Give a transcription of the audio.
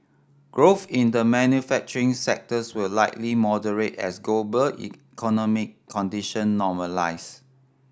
growth in the manufacturing sectors will likely moderate as global economic condition normalise